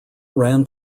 ran